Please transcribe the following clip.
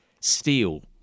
steel